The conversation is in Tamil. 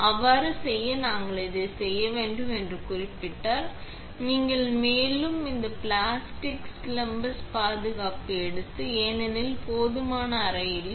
எனினும் அவ்வாறு செய்ய நீங்கள் அதை செய்ய வேண்டும் என்று குறிப்பிட்டார் நீங்கள் மேல் நீக்க மற்றும் இந்த பிளாஸ்டிக் ஸ்பிளாஸ் பாதுகாப்பு எடுத்து ஏனெனில் அது போதுமான அறை இல்லை